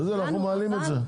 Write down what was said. אנחנו מעלים את זה.